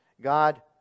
God